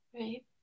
Right